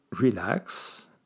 relax